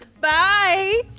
Bye